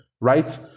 right